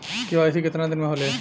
KYC कितना दिन में होले?